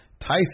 Tyson